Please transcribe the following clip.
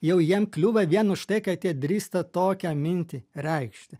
jau jiem kliūva vien už tai kad jie drįsta tokią mintį reikšti